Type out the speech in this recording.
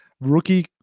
rookie